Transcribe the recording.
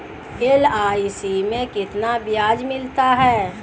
LIC में कितना ब्याज मिलता है?